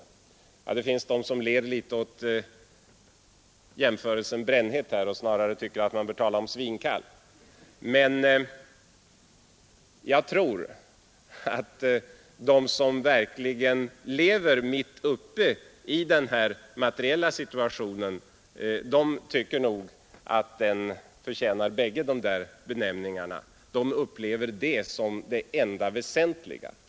— Några av ledamöterna ler litet åt benämningen ”brännhet” och tycker att man snarare bör karakterisera situationen som ”svinkall”. Jag tror att de som verkligen lever mitt uppe i denna materiella situation tycker att den förtjänar bägge dessa benämningar, och de upplever den som det enda väsentliga just nu.